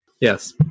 Yes